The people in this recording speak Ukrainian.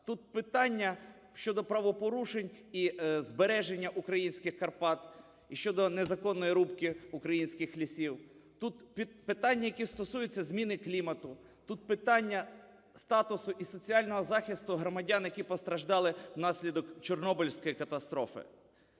тут питання щодо правопорушень і збереження українських Карпат щодо незаконної рубки українських лісів. Тут питання, які стосуються зміни клімату, тут питання статусу і соціального захисту громадян, які постраждали внаслідок Чорнобильської катастрофи.